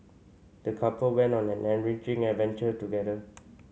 the couple went on an enriching adventure together